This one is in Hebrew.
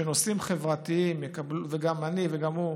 גם אני וגם הוא,